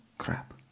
crap